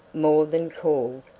more than called,